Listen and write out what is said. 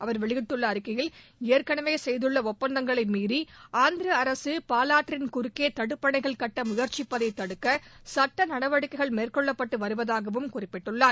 அவர் வெளியிட்டுள்ள அறிக்கையில் ஏற்கனவே செய்துள்ள ஒப்பந்தங்களை மீறி ஆந்திர அரசு பாலாற்றின் குறுக்கே தடுப்பணைகள் கட்ட முயற்சிப்பதை தடுக்க சட்ட நடவடிக்கைகள் மேற்கொள்ளப்பட்டு வருவதாகவும் குறிப்பிட்டுள்ளார்